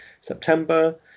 September